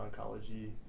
oncology